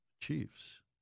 Chiefs